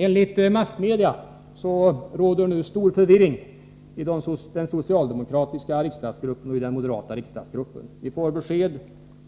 Enligt massmedia råder nu stor förvirring i den socialdemokratiska och den moderata riksdagsgruppen. Vi får besked